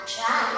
Try